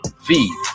feed